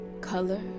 color